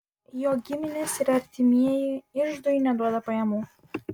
jo giminės ir artimieji iždui neduoda pajamų